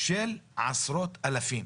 של עשרות אלפים.